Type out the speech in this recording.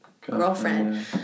girlfriend